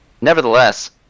Nevertheless